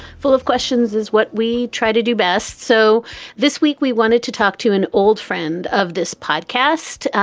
full of questions is what we try to do best. so this week, we wanted to talk to an old friend of this podcast,